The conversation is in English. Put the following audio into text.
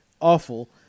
awful